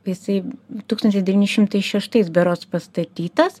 jisai tūkstantis devyni šimtai šeštais berods pastatytas